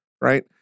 right